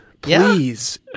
please